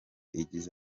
igize